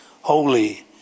holy